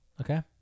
okay